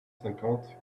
cinquante